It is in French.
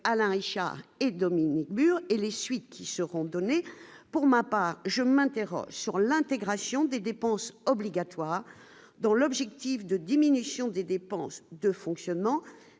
Alain Richard et Dominique Bur et les suites qui seront données pour ma part, je m'interroge sur l'intégration des dépenses obligatoires, dont l'objectif de diminution des dépenses de fonctionnement